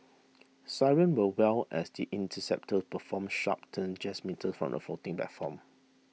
sirens will wail as the interceptors perform sharp turns just metres from the floating platform